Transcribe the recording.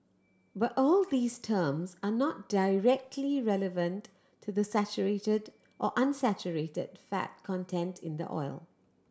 but all these terms are not directly relevant to the saturated or unsaturated fat content in the oil